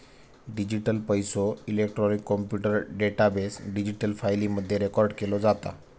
digital पैसो, electronic computer database, digital फाईली मध्ये रेकॉर्ड केलो जाता